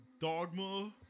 Dogma